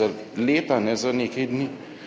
za leta, ne za nekaj dni